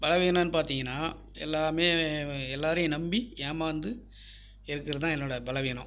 பலவீனம் பார்த்தீங்கனா எல்லோருமே எல்லோரையும் நம்பி ஏமார்ந்து இருக்கிறது தான் என்னோடய பலவீனம்